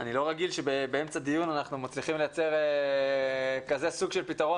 אני לא רגיל שבאמצע דיון אנחנו מצליחים לייצר סוג כזה של פתרון.